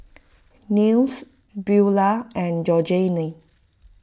Nils Beula and Georgene